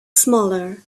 smaller